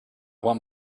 want